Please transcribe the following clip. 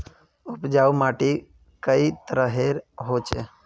उपजाऊ माटी कई तरहेर होचए?